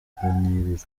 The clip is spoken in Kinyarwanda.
ruganiriro